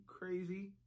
crazy